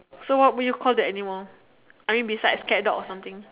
so what would you call the animal I mean besides cat dog or something